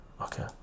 okay